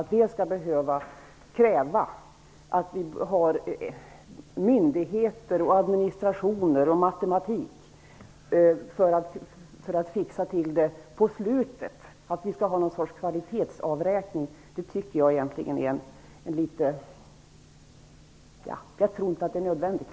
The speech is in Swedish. Skall vi behöva ha myndigheter, administrationer och matematik för att fixa till det, att göra en kvalitetsavräkning? Jag tror inte att det är nödvändigt.